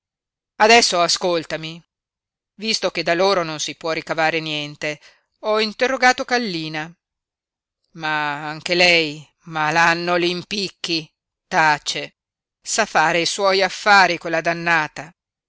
adesso ascoltami visto che da loro non si può ricavare niente ho interrogato kallina ma anche lei malanno l'impicchi tace sa fare i suoi affari quella dannata